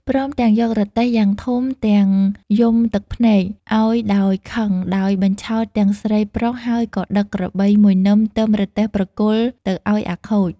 ព្រមទាំងយករទេះយ៉ាងធំទាំងយំទឹកភ្នែក ឱ្យដោយខឹងដោយបញ្ឆោតទាំងស្រីប្រុសហើយក៏ដឹក ក្របី១នឹមទឹមរទេះប្រគល់ទៅឱ្យអាខូច។